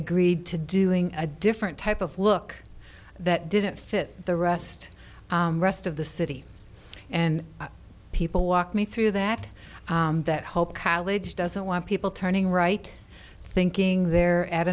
agreed to doing a different type of look that didn't fit the rest rest of the city and people walk me through that that whole college doesn't want people turning right thinking